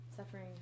suffering